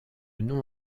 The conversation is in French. nom